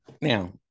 Now